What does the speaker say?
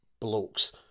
blokes